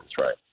right